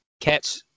catch